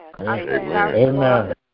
Amen